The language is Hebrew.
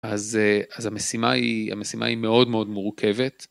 אז המשימה היא המשימה היא מאוד מאוד מורכבת.